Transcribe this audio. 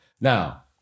Now